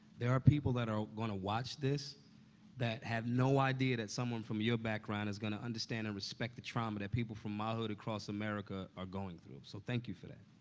there are people that are gonna watch this that have no idea that someone from your background is gonna understand and respect the trauma that people from my hood across america are going through. so thank you for that.